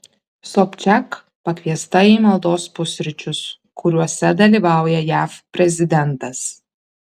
sobčiak pakviesta į maldos pusryčius kuriuose dalyvauja jav prezidentas